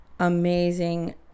amazing